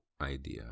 idea